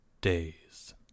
days